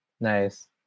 Nice